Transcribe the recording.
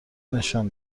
نشان